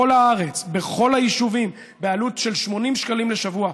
בכל הארץ, בכל היישובים, בעלות של 80 שקלים לשבוע.